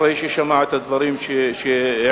אחרי ששמע את הדברים שהעליתי,